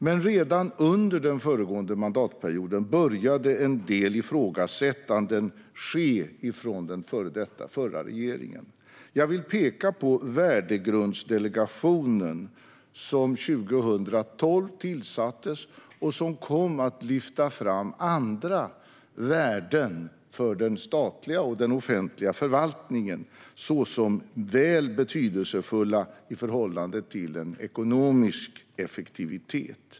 Men redan under den föregående mandatperioden började en del ifrågasättanden ske hos den förra regeringen. Jag vill peka på Värdegrundsdelegationen som 2012 tillsattes och som kom att lyfta fram andra värden för den statliga och offentliga förvaltningen såsom väl betydelsefulla i förhållande till en ekonomisk effektivitet.